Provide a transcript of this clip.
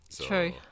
True